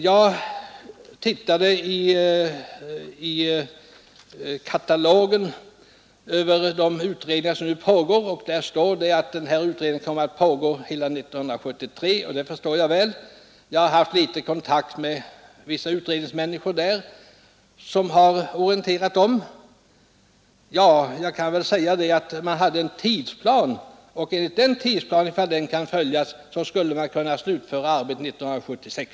Jag tittade i katalogen över de utredningar som nu pågår och där står att denna utredning kommer att fortsätta under hela 1973, och det förstår jag väl. Jag har haft kontakt med några utredningsledamöter som har orienterat mig om arbetet. Man har gjort upp en tidsplan och om den skall följas skulle man kunna slutföra arbetet 1976.